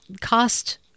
cost